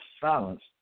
silence